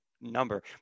number